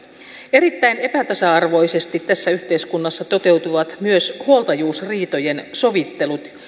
erittäin epätasa arvoisesti tässä yhteiskunnassa toteutuvat myös huoltajuusriitojen sovittelut